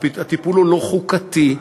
הטיפול הוא לא חוקתי,